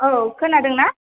औ खोनादों ना